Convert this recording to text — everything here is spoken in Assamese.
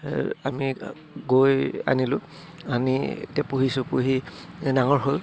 আমি গৈ আনিলোঁ আনি এতিয়া পুহিছোঁ পুহি ডাঙৰ হ'ল